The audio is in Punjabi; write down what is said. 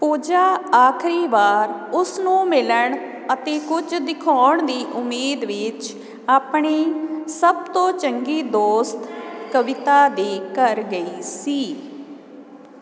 ਪੂਜਾ ਆਖ਼ਰੀ ਵਾਰ ਉਸ ਨੂੰ ਮਿਲਣ ਅਤੇ ਕੁਝ ਦਿਖਾਉਣ ਦੀ ਉਮੀਦ ਵਿੱਚ ਆਪਣੀ ਸਭ ਤੋਂ ਚੰਗੀ ਦੋਸਤ ਕਵਿਤਾ ਦੇ ਘਰ ਗਈ ਸੀ